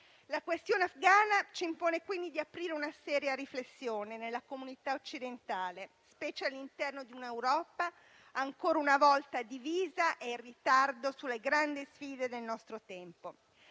La questione afghana ci impone, quindi, di aprire una seria riflessione nella comunità occidentale, specialmente all'interno di una Europa ancora una volta divisa e in ritardo sulle grandi sfide del nostro tempo.